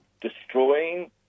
destroying